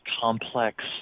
complex